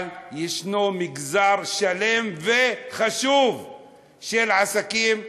אבל יש מגזר שלם וחשוב של עסקים זעירים.